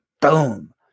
boom